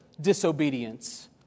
disobedience